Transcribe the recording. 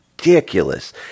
ridiculous